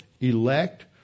elect